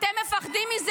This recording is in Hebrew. אתה, יואב קיש